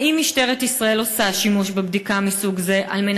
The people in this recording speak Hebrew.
האם משטרת ישראל עושה שימוש בבדיקה מסוג זה כדי